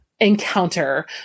encounter